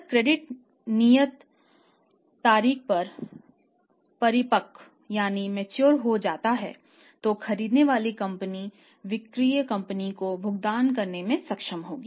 जब क्रेडिट नियत तारीख पर परिपक्व हो जाता है तो खरीदने वाली कंपनी विक्रय कंपनी को भुगतान करने में सक्षम होगी